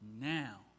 now